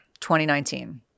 2019